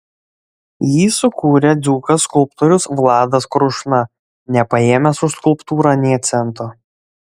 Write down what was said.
jį sukūrė dzūkas skulptorius vladas krušna nepaėmęs už skulptūrą nė cento